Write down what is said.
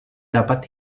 dapat